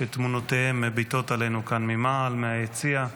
שתמונותיהם מביטות עלינו כאן ממעל, מהיציע,